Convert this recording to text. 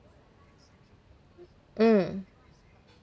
mm